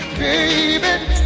baby